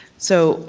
so,